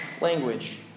language